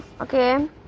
okay